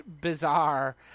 bizarre